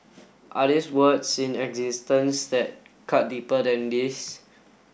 are this words in existence that cut deeper than these